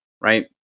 right